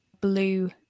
blue